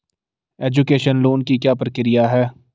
Education loan की क्या प्रक्रिया है?